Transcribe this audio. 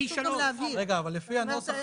לפי הנוסח